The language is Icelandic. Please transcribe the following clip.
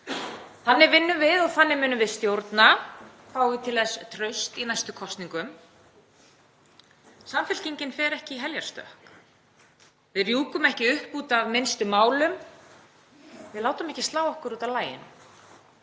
Þannig vinnum við og þannig munum við stjórna, fáum við til þess traust í næstu kosningum. Samfylkingin fer ekki í heljarstökk. Við rjúkum ekki upp út af minnstu málum. Við látum ekki slá okkur út af laginu.